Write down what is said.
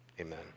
Amen